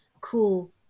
cool